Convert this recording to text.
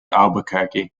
albuquerque